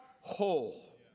whole